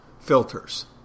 filters